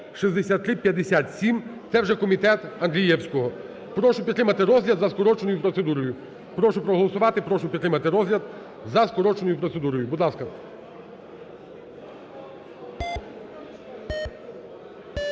Прошу проголосувати, прошу підтримати розгляд за скороченою процедурою,